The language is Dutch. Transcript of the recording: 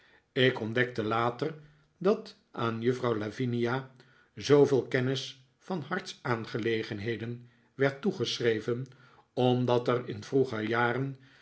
ik ontdekte later dat aan juffrouw lavinia zooveel kennis van hartsaangelegenheden werd toegeschreven omdat er in vroeger jaren